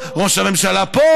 אני יכול להגיד לכם דבר אחד,